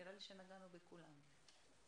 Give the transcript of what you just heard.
נראה לי שנגענו בכולם.